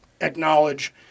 acknowledge